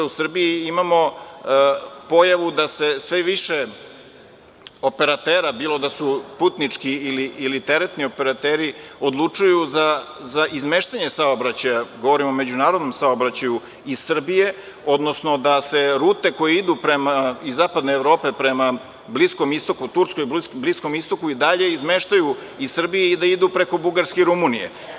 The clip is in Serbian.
U Srbiji imamo pojavu da se sve više operatera, bilo da su putnički ili teretni operateri odlučuju za izmeštanje saobraćaja, govorim o međunarodnom saobraćaju iz Srbije, odnosno da se rute koje idu iz zapadne Evrope prema Bliskom Istoku, Turskoj i dalje izmeštaju iz Srbije i da idu preko Bugarske i Rumunije.